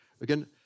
again